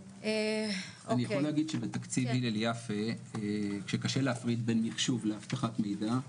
אני יכול להגיד שבתקציב הלל יפה כשקשה להפריד בין מחשוב ואבטחת מידע,